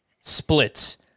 splits